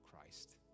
Christ